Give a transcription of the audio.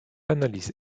analyse